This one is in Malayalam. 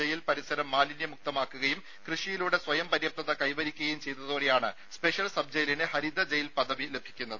ജയിൽ പരിസരം മാലിന്യമുക്തമാക്കുകയും കൃഷിയിലൂടെ സ്വയം പര്യാപ്തത കൈവരിക്കുകയും ചെയ്തതോടെയാണ് സ്പെഷ്യൽ സബ് ജയിലിന് ഹരിത ജയിൽ പദവി ലഭിക്കുന്നത്